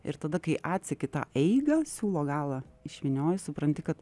ir tada kai atseki tą eigą siūlo galą išvynioji supranti kad